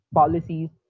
policies